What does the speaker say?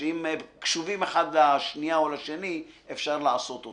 שאם קשובים אחד לשני או לשנייה אפשר לעשות אותה.